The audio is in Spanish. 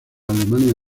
alemania